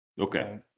Okay